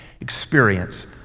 experience